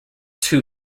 two